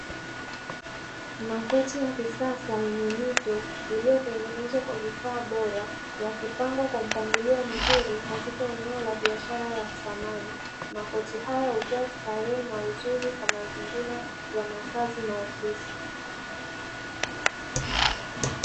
Makochi ya kisasa yenye mito iliyotengenezwa kwa vifaa bora yakipangwa kwa mpangilio mzuri katika eneo la biashara la samani. Makochi hayo hutoa starehe na uzuri kwa mazingira ya makazi na ofisi.